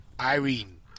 Irene